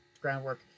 groundwork